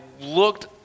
looked